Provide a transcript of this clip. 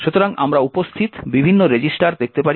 সুতরাং আমরা উপস্থিত বিভিন্ন রেজিস্টার দেখতে পারি